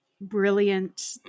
brilliant